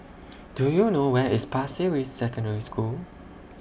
Do YOU know Where IS Pasir Ris Secondary School